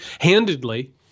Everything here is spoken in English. Handedly